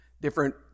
different